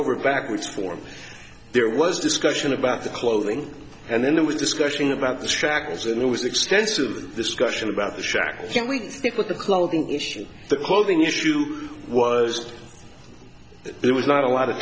over backwards for him there was discussion about the clothing and then there was discussion about the trackers and there was extensive discussion about shaq can we stick with the clothing issue the clothing issue was there was not a lot of